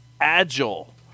agile